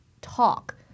talk